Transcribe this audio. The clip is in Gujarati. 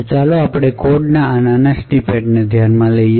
તો ચાલો આપણે કોડ ના આ નાના સ્નિપેટ ને ધ્યાનમાં લઈએ